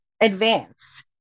advance